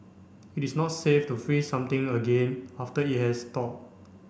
it is not safe to freeze something again after it has thaw